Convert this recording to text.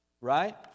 right